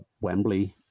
Wembley